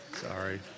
Sorry